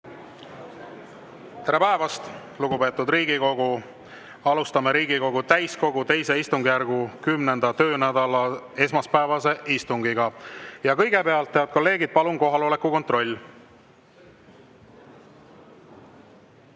Tere päevast, lugupeetud Riigikogu! Alustame Riigikogu täiskogu II istungjärgu 10. töönädala esmaspäevast istungit. Kõigepealt, head kolleegid, palun kohaloleku kontroll!